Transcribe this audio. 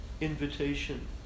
invitation